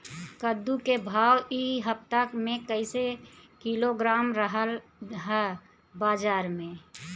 कद्दू के भाव इ हफ्ता मे कइसे किलोग्राम रहल ह बाज़ार मे?